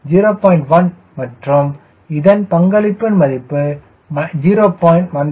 1 மற்றும் இதன் பங்களிப்பின் மதிப்பு 0